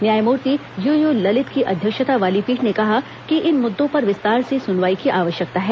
न्यायमूर्ति U U Lalit की अध्यक्षता वाली पीठ ने कहा कि इन मुद्दों पर विस्तार से सुनवाई की आवश्यकता है